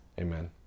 Amen